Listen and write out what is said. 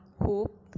Hope